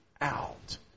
out